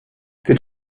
did